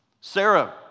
Sarah